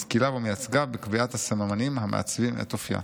משכיליו ומייצגיו בקביעת הסממנים המעצבים את אופייה".